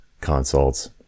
consults